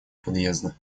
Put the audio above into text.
подъезда